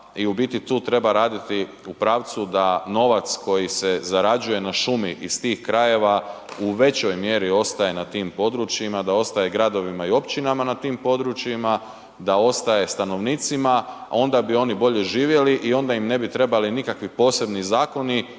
i u biti tu treba raditi u pravcu da novac koji se zarađuje na šumi iz tih krajeva u većoj mjeri ostaje na tim područjima, da ostaje gradovima i općinama na tim područjima, da ostane stanovnicima, a onda bi oni bolje živjeli i onda im ne bi trebali nikakvi posebni zakoni,